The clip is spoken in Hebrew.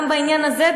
גם בעניין הזה,